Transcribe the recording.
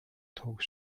talk